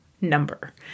number